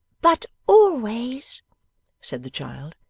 but always said the child.